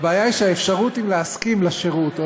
הבעיה היא שהאפשרות אם להסכים או לא